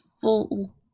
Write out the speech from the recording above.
full